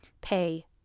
pay